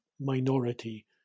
minority